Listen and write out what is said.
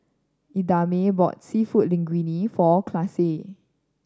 Idamae bought Seafood Linguine for Classie